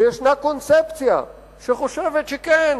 וישנה קונספציה שחושבת שכן,